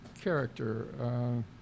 character